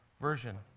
version